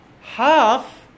half